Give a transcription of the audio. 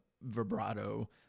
vibrato